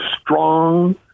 strong